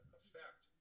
effect